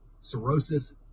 cirrhosis